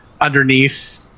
underneath